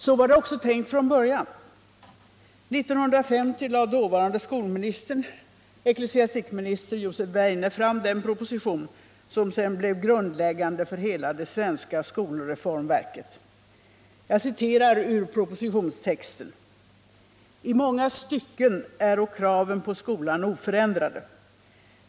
Så var det också tänkt från början. 1950 lade dåvarande skolministern, ecklesiastikminister Josef Weijne, fram den proposition som sedan blev grundläggande för hela det svenska skolreformverket. Jag citerar ur propositionstexten: ”I många stycken äro kraven på skolan oförändrade.